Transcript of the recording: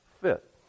fit